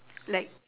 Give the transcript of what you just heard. like